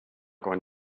going